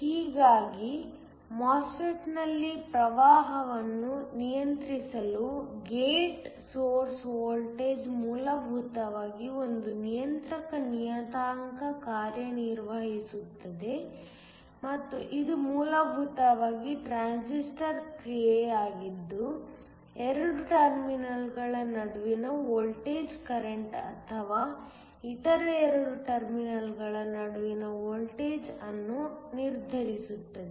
ಹೀಗಾಗಿ MOSFET ನಲ್ಲಿನ ಪ್ರವಾಹವನ್ನು ನಿಯಂತ್ರಿಸಲು ಗೇಟ್ ಸೊರ್ಸ್ ವೋಲ್ಟೇಜ್ ಮೂಲಭೂತವಾಗಿ ಒಂದು ನಿಯಂತ್ರಕ ನಿಯತಾಂಕವಾಗಿ ಕಾರ್ಯನಿರ್ವಹಿಸುತ್ತದೆ ಮತ್ತು ಇದು ಮೂಲಭೂತವಾಗಿ ಟ್ರಾನ್ಸಿಸ್ಟರ್ ಕ್ರಿಯೆಯಾಗಿದ್ದು 2 ಟರ್ಮಿನಲ್ಗಳ ನಡುವಿನ ವೋಲ್ಟೇಜ್ ಕರೆಂಟ್ ಅಥವಾ ಇತರ 2 ಟರ್ಮಿನಲ್ಗಳ ನಡುವಿನ ವೋಲ್ಟೇಜ್ ಅನ್ನು ನಿರ್ಧರಿಸುತ್ತದೆ